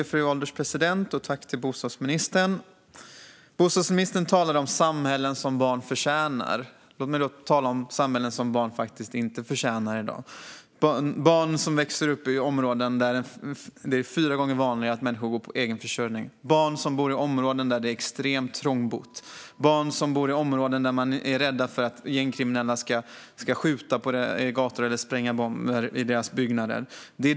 Fru ålderspresident! Bostadsministern talade om samhällen som barn förtjänar. Låt mig då tala om samhällen i dag som barn inte förtjänar. Det finns barn som växer upp i områden där det är fyra gånger vanligare att människor inte har egen försörjning. Det finns barn som bor i områden där det är extremt trångbott. Det finns barn som bor i områden där man är rädd för att gängkriminella ska skjuta på gatorna eller spränga bomber i byggnaderna.